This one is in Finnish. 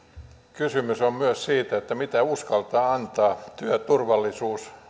kysymys on myös siitä mitä uskaltaa antaa työturvallisuus